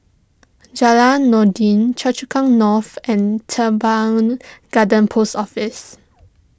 Jalan Noordin Choa Chu Kang North and Teban Garden Post Office